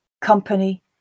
Company